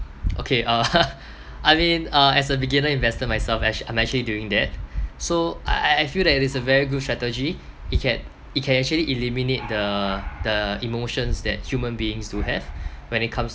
okay uh I mean uh as a beginner investor myself actually I'm actually doing that so I I I feel that it is a very good strategy it can it can actually eliminate the the emotions that human beings do have when it comes